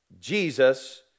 Jesus